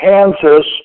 Kansas